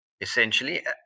essentially